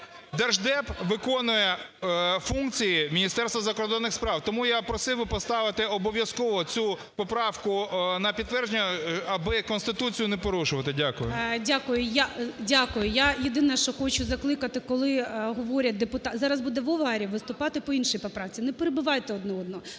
Держдеп виконує функції Міністерства закордонних справ. Тому я просив би поставити обов'язково цю поправку на підтвердження аби Конституцію не порушувати. Дякую. ГОЛОВУЮЧИЙ. Дякую. Дякую. Я єдине, що хочу закликати, коли говорять депутати… зараз буде Вова Ар'єв виступати по іншій поправці, не перебивайте один одного.